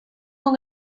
con